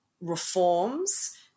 reforms